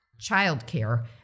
childcare